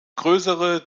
größere